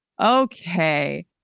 Okay